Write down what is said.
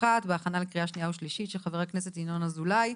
בהכנה לקריאה שנייה ושלישית של חבר הכנסת ינון אזולאי,